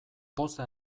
poza